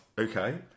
okay